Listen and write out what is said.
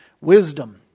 wisdom